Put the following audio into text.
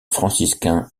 franciscain